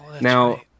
Now